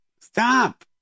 Stop